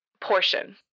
portion